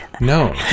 No